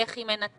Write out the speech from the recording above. איך היא מנתחת?